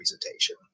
presentation